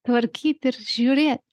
tvarkyt ir žiūrėt